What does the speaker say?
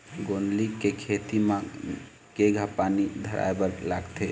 गोंदली के खेती म केघा पानी धराए बर लागथे?